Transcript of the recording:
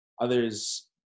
others